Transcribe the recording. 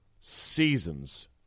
seasons